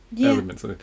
elements